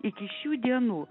iki šių dienų